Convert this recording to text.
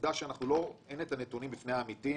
העובדה שאין את הנתונים בפני העמיתים,